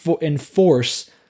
enforce